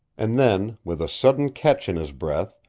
and then, with a sudden catch in his breath,